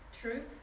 Truth